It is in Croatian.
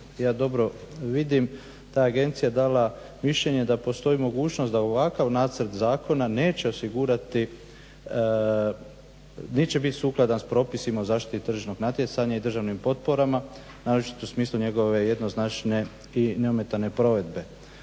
ja dobro vidim ta agencija je dala mišljenje da postoji mogućnost da ovakav nacrt zakona neće osigurati, neće bit sukladan s propisima o zaštiti tržišnog natjecanja i državnim potporama naročito u smislu njegove jednoznačne i neometane provedbe.